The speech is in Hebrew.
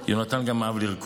יהונתן גם אהב לרקוד.